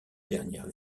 dernières